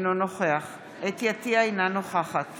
אינו נוכח חוה אתי עטייה, אינה נוכחת